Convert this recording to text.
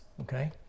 okay